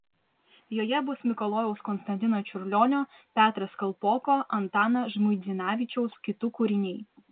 joje bus mikalojaus konstantino čiurlionio petras kalpoko antano žmuidzinavičiaus kitų kūriniai